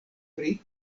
pri